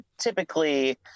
typically